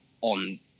on